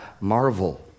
marvel